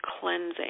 cleansing